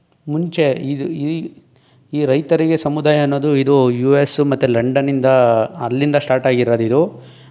ಮುಂಚೆ ಇದು ಈ ಈ ರೈತರಿಗೆ ಸಮುದಾಯ ಅನ್ನೋದು ಇದು ಯೂ ಎಸು ಮತ್ತು ಲಂಡನಿಂದ ಅಲ್ಲಿಂದ ಶ್ಟಾಟ್ ಆಗಿರೋದಿದು